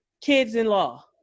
kids-in-law